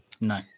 No